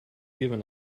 given